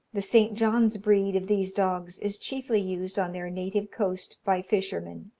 the st. john's breed of these dogs is chiefly used on their native coast by fishermen.